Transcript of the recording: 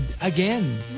again